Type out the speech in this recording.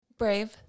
brave